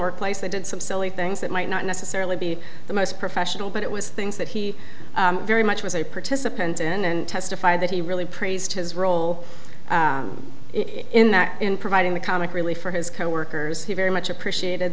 workplace they did some silly things that might not necessarily be the most professional but it was things that he very much was a participant in and testify that he really praised his role in that in providing the comic relief for his coworkers who very much appreciated